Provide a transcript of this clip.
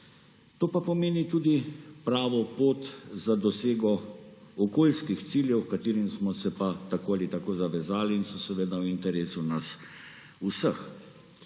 To pa pomeni tudi pravo pot za dosego okoljskih ciljev, h katerim smo se pa tako ali tako zavezali in so seveda v interesu nas vseh.